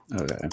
okay